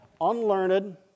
unlearned